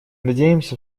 надеемся